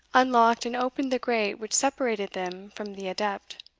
unlocked and opened the grate which separated them from the adept.